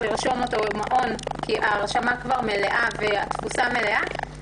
לרשום אותו במעון כי ההרשמה כבר מלאה והתפוסה מלאה.